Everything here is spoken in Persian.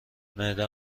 معده